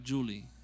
Julie